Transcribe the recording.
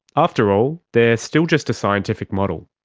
after all, they are still just a scientific model.